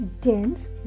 dense